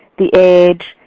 the age,